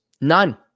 None